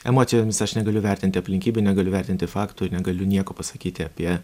emocijomis aš negaliu vertinti aplinkybių negaliu vertinti fakto negaliu nieko pasakyti apie